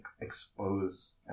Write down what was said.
expose